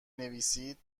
نویسید